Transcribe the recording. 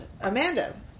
Amanda